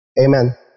Amen